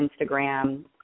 Instagram